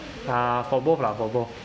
uh for both lah for both